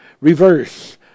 reverse